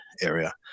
area